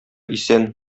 исән